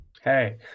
Hey